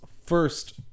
first